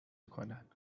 کنن